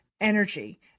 energy